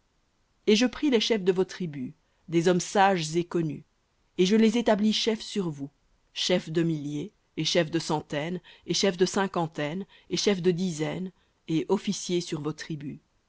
et je pris les chefs de vos tribus des hommes sages et connus et je les établis chefs sur vous chefs de milliers et chefs de centaines et chefs de cinquantaines et chefs de dizaines et officiers sur vos tribus